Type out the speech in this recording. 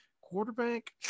quarterback